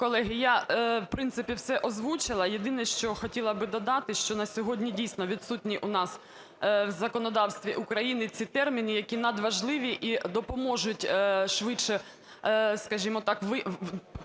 Колеги, я, в принципі, все озвучила. Єдине, що хотіла би додати, що на сьогодні дійсно відсутні у нас в законодавстві України ці терміни, які надважливі і допоможуть швидше, скажімо так, при